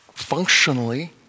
functionally